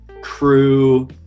crew